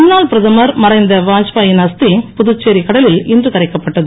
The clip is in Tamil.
முன்னாள் பிரதமர் மறைந்த வாத்பாயின் அஸ்தி புதுச்சேரி கடலில் இன்று கரைக்கப்பட்டது